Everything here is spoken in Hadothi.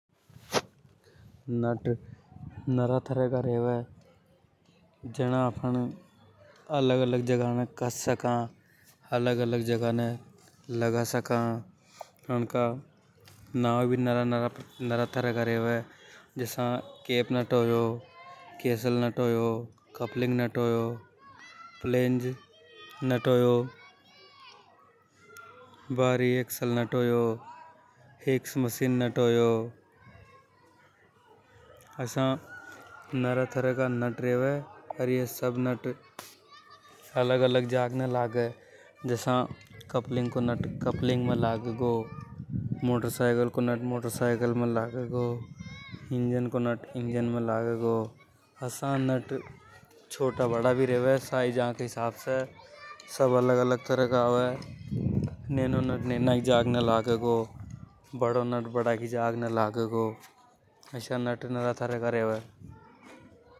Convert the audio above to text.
नट नरा तरह का रेवे जने आपन अलग अलग जागे कश सका। अलग-अलग जगा ने लगा सका अन का नाव भी नरा नरा तरह का रेवे जसा की कैप नट होया कैसल नट होया कॉलिंग नट होया प्लेंज नट होया भारी एक्सल नट होयो फैंक मशीन नट होयो आसा नरा तरह का नट रेवे। अर ये सब नट अलग अलग जाग ने लगे जसा कपलिंग को नट कपलिंग में लगेगा मोटर साईकिल को नट मोटर साईकिल में लागे गो ईंजन को नट ईंजन में लागे गो। असा नट छोटा बड़ा भी रे वे नेनो नट नैना की जाग ने लगे बड़ों नट बड़ा की जाग ने लागे गो अस्य नट नरा तरह का रेवे।